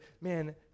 man